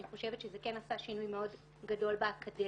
אני חושבת שזה כן עשה שינוי מאוד גדול באקדמיה.